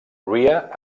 rea